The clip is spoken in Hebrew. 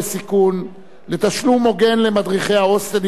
לתשלום הוגן למדריכי ההוסטלים של חסות הנוער,